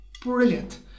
brilliant